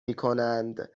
میکنند